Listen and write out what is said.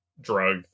drug